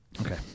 Okay